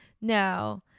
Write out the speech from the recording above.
no